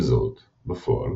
עם זאת, בפועל,